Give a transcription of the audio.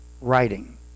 writing